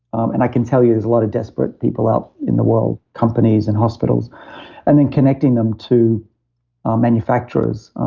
and i can tell you there's a lot of desperate people out in the world, companies and hospitals and then connecting them to our manufacturers,